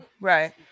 Right